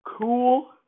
Cool